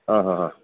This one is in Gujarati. હં હં હં